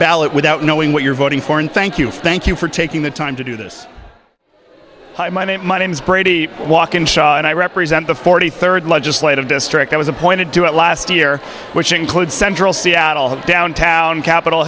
ballot without knowing what you're voting for and thank you thank you for taking the time to do this hi my name my name's brady walkinshaw and i represent the forty third legislative district i was appointed to it last year which includes central seattle the downtown capitol